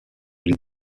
les